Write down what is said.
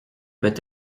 peut